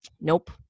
nope